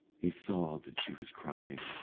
he saw that she was crying,